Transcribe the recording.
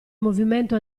movimento